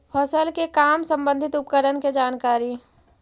फसल के काम संबंधित उपकरण के जानकारी?